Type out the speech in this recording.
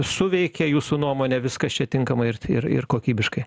suveikė jūsų nuomone viskas čia tinkama ir ir ir kokybiškai